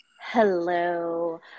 hello